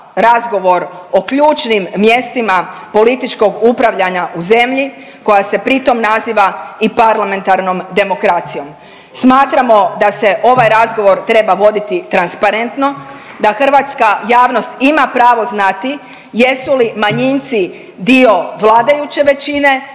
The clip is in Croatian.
razgovor o ključnim mjestima političkog upravljanja u zemlji koja se pritom naziva i parlamentarnom demokracijom. Smatramo da se ovaj razgovor treba voditi transparentno, da hrvatska javnost ima pravo znati jesu li manjinci dio vladajuće većine